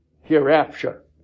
hereafter